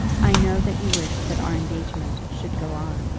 i know that you wish that our engagement should go on.